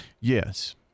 Yes